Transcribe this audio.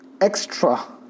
Extra